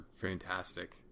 fantastic